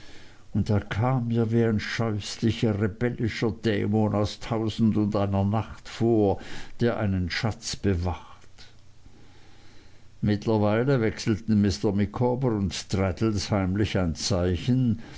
und er kam mir wie ein scheußlicher rebellischer dämon aus tausendundeiner nacht vor der einen schatz bewacht mittlerweile wechselten mr micawber und traddles heimlich ein zeichen